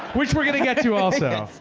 which we're going to get to also.